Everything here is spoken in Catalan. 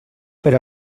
per